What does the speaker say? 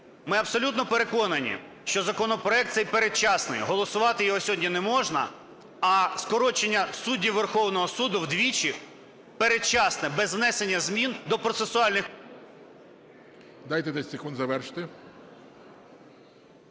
Ми абсолютно переконані, що законопроект цей передчасний, голосувати його сьогодні не можна. А скорочення суддів Верховного Суду вдвічі передчасне без внесення змін до процесуальних… Веде засідання Перший